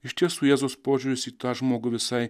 iš tiesų jėzus požiūris į tą žmogų visai